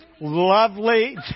lovely